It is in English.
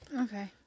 Okay